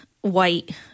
white